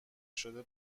شده